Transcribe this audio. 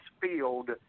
field